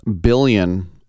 billion